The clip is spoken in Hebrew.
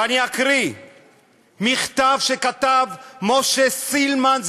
ואני אקריא מכתב שכתב משה סילמן,